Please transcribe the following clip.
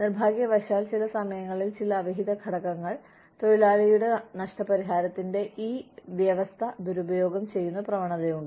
നിർഭാഗ്യവശാൽ ചില സമയങ്ങളിൽ ചില അവിഹിത ഘടകങ്ങൾ തൊഴിലാളിയുടെ നഷ്ടപരിഹാരത്തിന്റെ ഈ വ്യവസ്ഥ ദുരുപയോഗം ചെയ്യുന്ന പ്രവണതയുണ്ട്